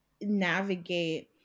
navigate